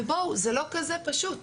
ובואו - זה לא כזה פשוט.